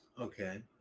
Okay